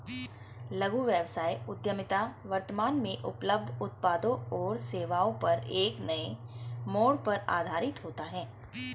लघु व्यवसाय उद्यमिता वर्तमान में उपलब्ध उत्पादों और सेवाओं पर एक नए मोड़ पर आधारित होता है